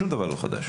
שום דבר לא חדש.